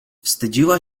wstydziła